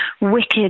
wicked